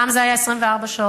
ופעם זה היה 24 שעות,